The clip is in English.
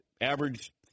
average